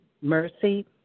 mercy